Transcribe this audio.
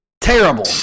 terrible